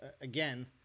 Again